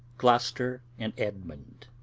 gloucester, and edmund.